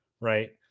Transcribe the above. right